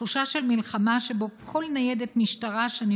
תחושה של מלחמה שבה כל ניידת משטרה שאני